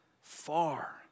far